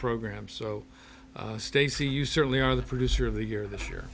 programs so stacy you certainly are the producer of the year this year